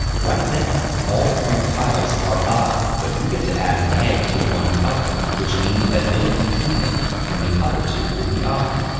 right now all three piles are odd, but you get to add an egg to one color, which means that it'll be even and the other two will be odd.